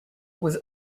was